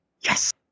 Yes